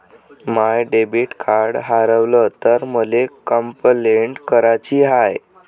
माय debit card हारवल तर मले कंपलेंट कराची हाय